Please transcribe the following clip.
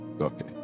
Okay